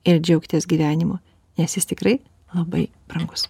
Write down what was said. ir džiaukitės gyvenimu nes jis tikrai labai brangus